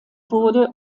wurde